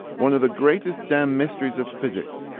one of the greatest damn mysteries of physics,